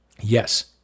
Yes